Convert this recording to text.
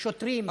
שוטרים,